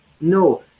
no